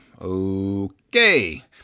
Okay